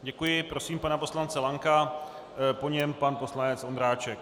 Děkuji a prosím pana poslance Lanka, po něm pan poslanec Ondráček.